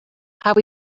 have